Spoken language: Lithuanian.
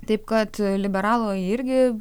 taip kad liberalo irgi